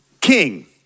king